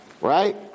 right